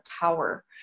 power